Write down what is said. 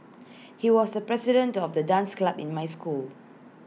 he was the president of the dance club in my school